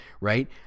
right